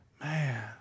man